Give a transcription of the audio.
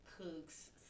cooks